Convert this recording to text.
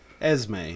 Esme